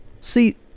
See